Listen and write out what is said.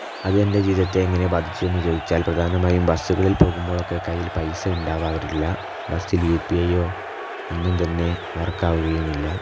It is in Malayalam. അതെൻറ്റെ ജീവിതത്തെ എങ്ങനെ ബാധിച്ചു എന്ന് ചോദിച്ചാൽ പ്രധാനമായും ബസ്സുകളിൽ പോകുമ്പോളൊക്കെ കൈയിൽ പൈസ ഉണ്ടാവാറില്ല ബസ്സിൽ യു പി ഐ യോ ഒന്നും തന്നെ വർക്ക് ആകുകയുമില്ല